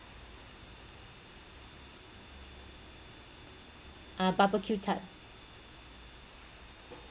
ah barbecue type